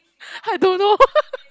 I don't know